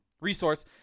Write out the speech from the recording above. resource